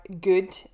good